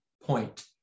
point